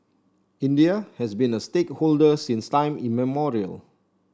India has been a stakeholder since time immemorial